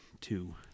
two